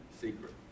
secret